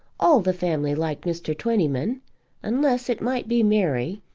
all the family liked mr. twentyman unless it might be mary,